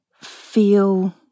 feel